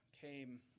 came